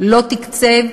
לא תקצב,